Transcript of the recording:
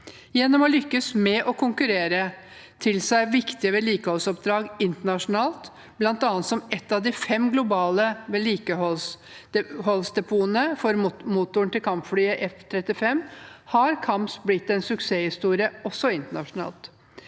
Gjennom å lykkes med å konkurrere til seg viktige vedlikeholdsoppdrag internasjonalt, bl.a. som ett av de fem globale vedlikeholdsdepotene for motoren til kampflyet F-35, har KAMS blitt en suksesshistorie også internasjonalt.